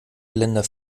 geländer